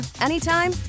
anytime